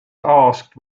asked